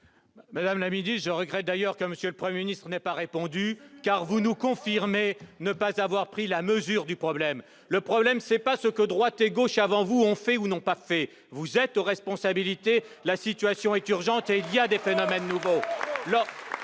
Madame la ministre, je regrette que M. le Premier ministre ne m'ait pas répondu. Vous nous confirmez ne pas avoir pris la mesure du problème. Le problème, ce n'est pas ce que droite et gauche ont fait ou n'ont pas fait avant vous ! Vous êtes aux responsabilités, la situation est urgente et des phénomènes nouveaux